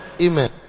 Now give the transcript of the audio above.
Amen